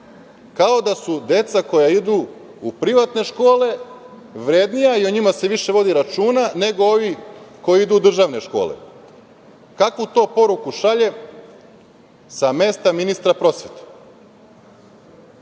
Kao da su deca koja idu u privatne škole vrednija i o njima se više vodi računa nego ovi koji idu u državne škole. Kakvu to poruku šalje sa mesta ministra prosvete? Naravno,